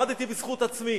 למדתי בזכות עצמי.